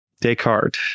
Descartes